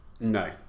No